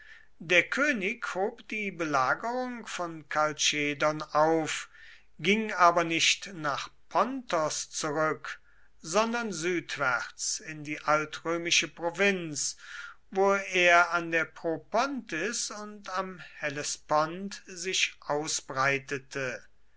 der könig hob die belagerung von kalchedon auf ging aber nicht nach pontos zurück sondern südwärts in die altrömische provinz wo er an der propontis und am hellespont sich ausbreitete